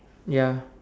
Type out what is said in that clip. ya